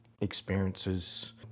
experiences